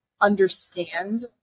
understand